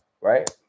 right